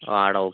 ആ എടാ ഓക്കെ